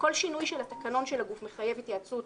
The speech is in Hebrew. כל שינוי של תקנון של הגוף מחייב התייעצות